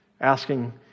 asking